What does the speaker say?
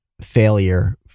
failure